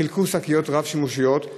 חילקו שקיות רב-שימושיות.